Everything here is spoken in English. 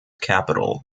capital